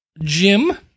Jim